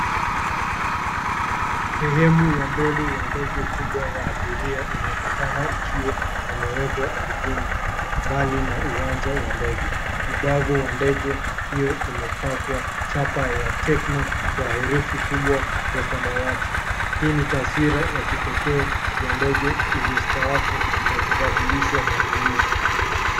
Sehemu ya mbele ya ndege kubwa ya abiria inaonekana ikiwa imewekwa ardhini mbali na uwanja wa ndege. Ubavu wa ndege hiyo umepakwa chapa ya Tecno kwa herufi kubwa za samawati. Hii ni taswira ya kipekee ya ndege iliyostaafu na kubadilisha matumizi.